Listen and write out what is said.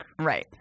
Right